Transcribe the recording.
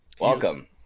welcome